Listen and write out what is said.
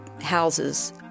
houses